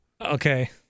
Okay